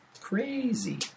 Crazy